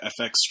FX